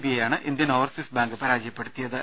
ബിയെ യാണ് Indian Overseas Bank പരാജയപ്പെടുത്തിയത്